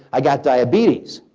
i got diabetes.